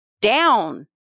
down